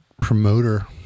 promoter